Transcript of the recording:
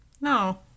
No